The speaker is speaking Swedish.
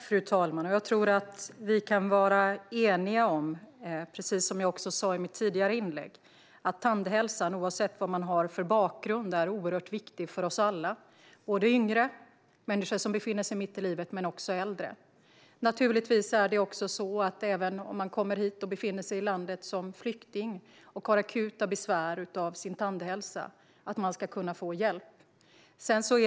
Fru talman! Jag tror att vi kan vara eniga om att tandhälsa, precis som jag sa i mitt tidigare inlägg, är oerhört viktig för oss alla, både yngre människor som befinner sig mitt i livet och äldre, oavsett vad man har för bakgrund. Även om man kommit hit och befinner sig i landet som flykting ska man kunna få hjälp om man har akuta besvär med sin tandhälsa.